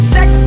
Sex